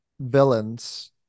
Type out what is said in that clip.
villains